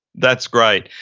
that's great.